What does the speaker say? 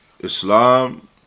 Islam